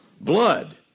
Blood